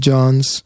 Johns